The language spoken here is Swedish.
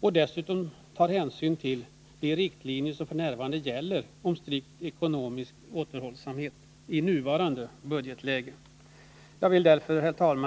och då vi dessutom tar hänsyn till de riktlinjer som f. n. gäller om strikt ekonomisk återhållsamhet i nuvarande budgetläge. Herr talman!